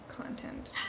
content